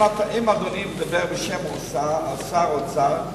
אם אדוני מדבר בשם שר האוצר,